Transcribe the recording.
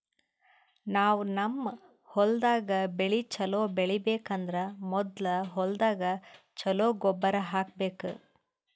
ನಾವ್ ನಮ್ ಹೊಲ್ದಾಗ್ ಬೆಳಿ ಛಲೋ ಬೆಳಿಬೇಕ್ ಅಂದ್ರ ಮೊದ್ಲ ಹೊಲ್ದಾಗ ಛಲೋ ಗೊಬ್ಬರ್ ಹಾಕ್ಬೇಕ್